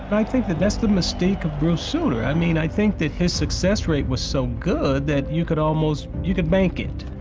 but i think that that's the mistake of bruce sutter. i mean, i think that his success rate was so good that you could almost. you could bank it.